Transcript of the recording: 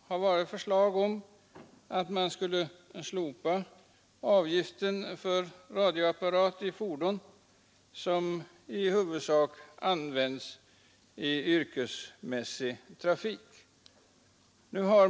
har lagts fram förslag om att man skulle slopa avgiften för radioapparat i fordon som i huvudsak används i yrkesmässig trafik.